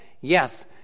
Yes